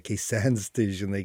kai sensti žinai